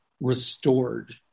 restored